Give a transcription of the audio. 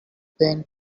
pain